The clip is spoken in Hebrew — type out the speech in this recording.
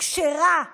כשרה כעבריינית,